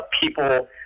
people